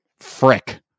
Frick